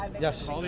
Yes